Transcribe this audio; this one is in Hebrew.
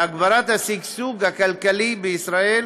להגברת השגשוג הכלכלי בישראל